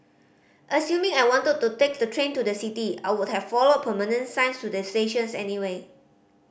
assuming I wanted to take the train to the city I would have followed permanent signs to the stations anyway